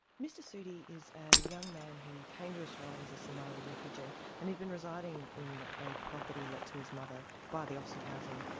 mr sudi is a young man who came to australia as a somali refugee, and he'd been residing in a property let to his mother by the office of housing,